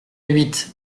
huit